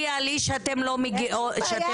אבל זה לא הנושא עכשיו.